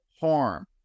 harm